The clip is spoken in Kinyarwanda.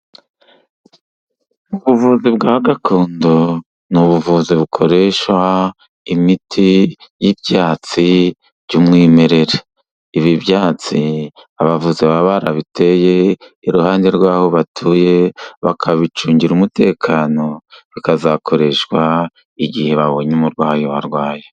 Ubuvuzi bwa gakondo n'ubuvuzi bukoresha imiti y'ibyatsi by'umwimerere, ibi byatsi abavuzi baba barabiteye iruhande rw'aho batuye bakabicungira umutekano, bikazakoreshwa igihe babonye umurwayi warwaye.